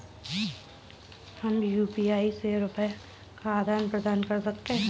क्या हम यू.पी.आई से रुपये का आदान प्रदान कर सकते हैं?